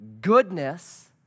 goodness